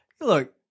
Look